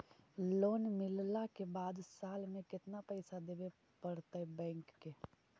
Loan मिलला के बाद साल में केतना पैसा देबे पड़तै बैक के?